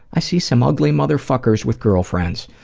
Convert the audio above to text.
i see some ugly motherfuckers with girlfriends,